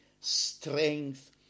Strength